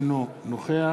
אינו נוכח